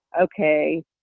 okay